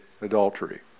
adultery